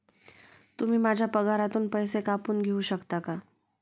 तुम्ही माझ्या पगारातून पैसे कापून घेऊ शकता का?